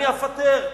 אני אפטר,